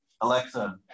Alexa